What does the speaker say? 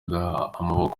amaboko